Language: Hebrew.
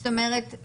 זאת אומרת